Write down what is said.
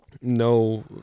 No